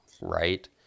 right